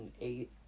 eight